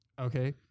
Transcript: Okay